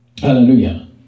Hallelujah